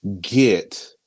get